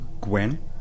Gwen